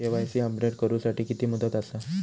KYC update करू साठी किती मुदत आसा?